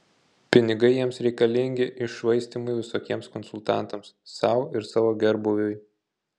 pinigai jiems reikalingi iššvaistymui visokiems konsultantams sau ir savo gerbūviui